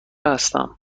هستم